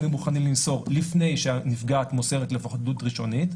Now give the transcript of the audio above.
היינו מוכנים למסור לפני שהנפגעת מוסרת לפחות עדות ראשונית,